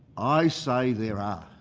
i say there are.